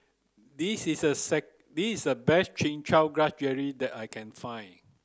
this is the this is the best chin chow grass jelly that I can find